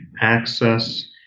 access